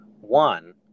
One